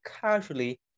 casually